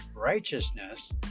Righteousness